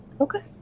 Okay